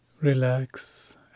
relax